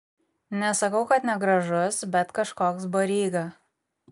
nesakau kad negražus bet kažkoks baryga